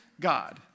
God